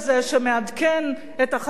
שמעדכן את החדשות,